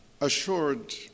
assured